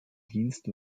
dienst